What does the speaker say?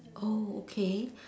oh okay